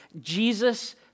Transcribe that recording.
Jesus